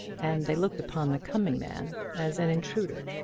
and they looked upon the coming man as an intruder.